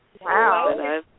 Wow